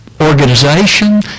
organization